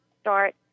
start